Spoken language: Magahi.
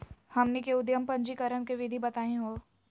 हमनी के उद्यम पंजीकरण के विधि बताही हो?